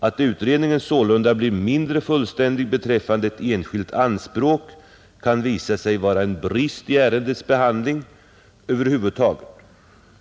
Att utredningen sålunda blir mindre fullständig beträffande ett enskilt anspråk, kan visa sig vara en brist i ärendets behandling över huvud taget.